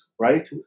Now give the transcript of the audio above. right